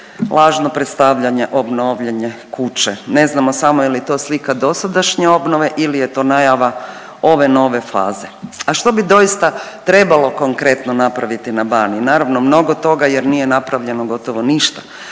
lažno predstavljanje obnovljene kuće. Ne znamo samo je li to slika dosadašnje obnove ili je to najava ove nove faze. A što bi doista trebalo konkretno napraviti na Baniji? Naravno mnogo toga jer nije napravljeno gotovo ništa.